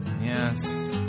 yes